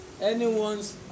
anyone's